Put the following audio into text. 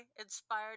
inspired